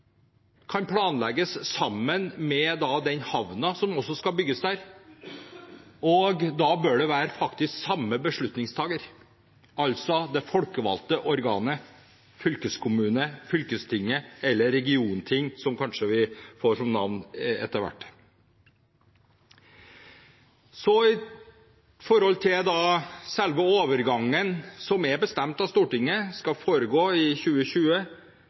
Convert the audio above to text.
kan planlegges samtidig med den havnen som også skal bygges der. Da bør det være samme beslutningstaker, altså det folkevalgte organet – fylkeskommunen, fylkestinget eller regiontinget, som vi kanskje får som navn etter hvert. Når det gjelder selve overgangen som er bestemt av Stortinget skal foregå i 2020,